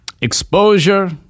Exposure